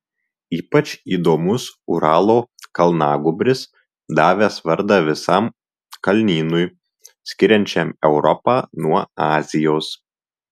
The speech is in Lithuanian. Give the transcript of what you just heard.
ypač įdomus uralo kalnagūbris davęs vardą visam kalnynui skiriančiam europą nuo azijos